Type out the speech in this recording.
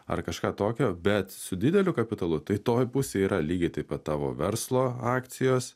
ar kažką tokio bet su dideliu kapitalu tai toj pusėj yra lygiai taip pat tavo verslo akcijos